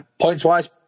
Points-wise